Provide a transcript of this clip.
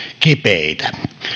kipeitä